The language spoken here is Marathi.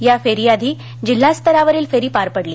या फेरीआधी जिल्हास्तरावरील फेरी पार पडली